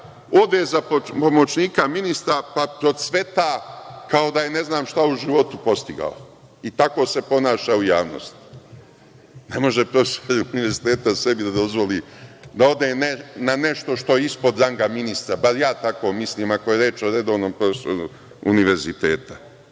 ode za pomoćnika ministra, pa procveta kao da je ne znam šta u životu postigao, i tako se ponaša u javnosti. Ne može profesor univerziteta sebi da dozvoli da ode na nešto što je ispod ranga ministra, bar ja tako mislim, ako je reč o redovnom profesoru univerziteta.